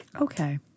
Okay